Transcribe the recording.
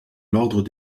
l’ordre